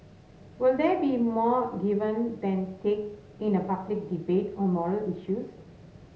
will there be more given than take in a public debate on moral issues